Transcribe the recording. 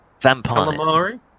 Vampire